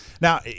Now